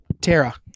Tara